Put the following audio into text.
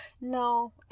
no